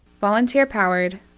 Volunteer-powered